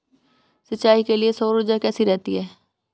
सिंचाई के लिए सौर ऊर्जा कैसी रहती है?